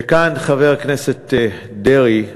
וכאן, חבר הכנסת דרעי,